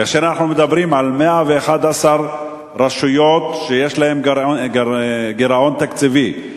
כאשר אנחנו מדברים על 111 רשויות שיש להן גירעון תקציבי,